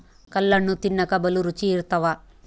ಕಲ್ಲಣ್ಣು ತಿನ್ನಕ ಬಲೂ ರುಚಿ ಇರ್ತವ